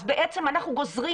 אז בעצם אנחנו גוזרים